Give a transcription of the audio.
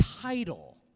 title